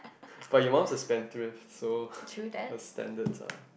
but your mum's a spendthrift so her standards are